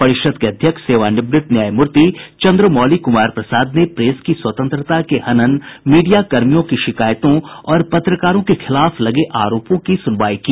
परिषद के अध्यक्ष सेवानिवृत्त न्यायमूर्ति चंद्रमौली कुमार प्रसाद ने प्रेस की स्वतंत्रता के हनन मीडियाकर्मियों की शिकायतों और पत्रकारों के खिलाफ लगे आरोपों की सुनवाई की